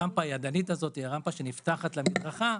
הרמפה הידנית הזאת שנפתחת למדרכה,